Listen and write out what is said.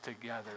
together